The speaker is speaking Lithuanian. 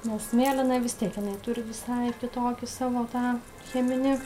nes mėlyna vis tiek jinai turi visai kitokį savo tą cheminį